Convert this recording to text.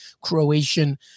Croatian